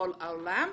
מכל העולם.